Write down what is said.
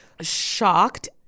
shocked